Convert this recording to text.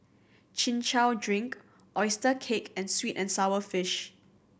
Chin Chow drink oyster cake and sweet and sour fish